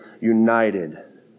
united